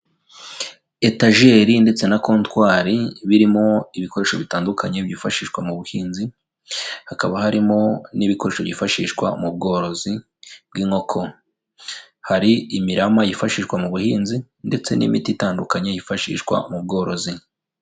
Etajeri ndetse na kontwari birimo ibikoresho bitandukanye byifashishwa mu buhinzi, hakaba harimo n'ibikoresho byifashishwa mu bworozi bw'inkoko. Hari imirama yifashishwa mu buhinzi ndetse n'imiti itandukanye yifashishwa mu bworozi.